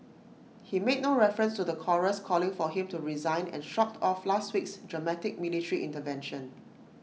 he made no reference to the chorus calling for him to resign and shrugged off last week's dramatic military intervention